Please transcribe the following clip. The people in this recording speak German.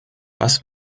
was